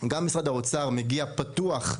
גם משרד האוצר מגיע פתוח,